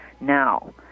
now